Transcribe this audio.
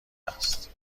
است